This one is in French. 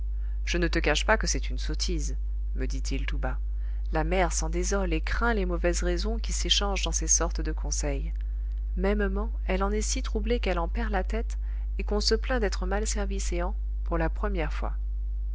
je ne te cache pas que c'est une sottise me dit-il tout bas la mère s'en désole et craint les mauvaises raisons qui s'échangent dans ces sortes de conseils mêmement elle en est si troublée qu'elle en perd la tête et qu'on se plaint d'être mal servi céans pour la première fois